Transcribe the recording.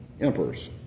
emperors